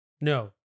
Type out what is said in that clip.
No